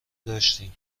داشتیم